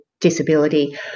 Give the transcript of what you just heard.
disability